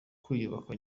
kwiyubaka